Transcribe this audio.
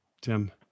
Tim